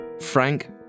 Frank